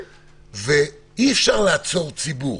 אי אפשר לעצור ציבור.